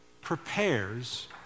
prepares